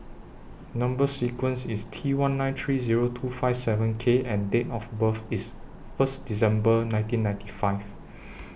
Number sequence IS T one nine three Zero two five seven K and Date of birth IS First December nineteen ninety five